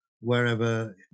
wherever